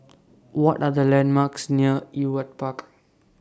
What Are The landmarks near Ewart Park